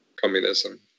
communism